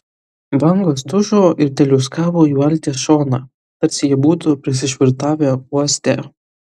bangos dužo ir teliūskavo į valties šoną tarsi jie būtų prisišvartavę uoste